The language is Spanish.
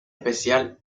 especial